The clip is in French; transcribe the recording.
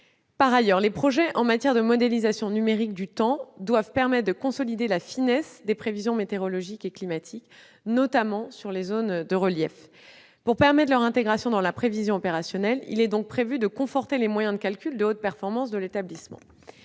Par ailleurs, les progrès en matière de modélisation numérique du temps doivent permettre de consolider la finesse des prévisions météorologiques et climatiques, notamment pour ce qui concerne les zones de relief. Pour permettre leur intégration dans la prévision opérationnelle, il est donc prévu de conforter les moyens de calcul de haute performance de l'établissement,